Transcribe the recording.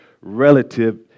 relative